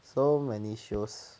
so many shows